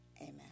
Amen